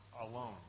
alone